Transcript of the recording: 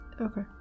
Okay